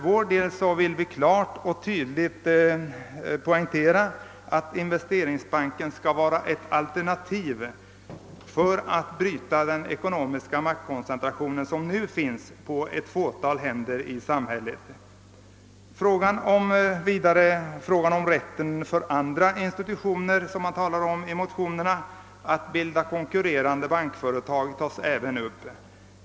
Vi vill för vår del poängtera att Investeringsbanken skall vara ett alternativ för att bryta den ekonomiska maktkoncentration som nu är samlad på ett fåtal händer i samhället. Frågan om rätten för andra institutioner att bilda konkurrerande bankföretag, såsom man säger, tas även upp i motionerna.